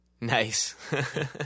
Nice